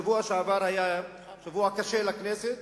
השבוע שעבר היה שבוע קשה לכנסת,